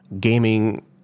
gaming